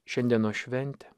šiandienos šventė